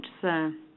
sir